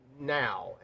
now